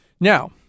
Now